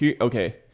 Okay